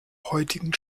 heutigen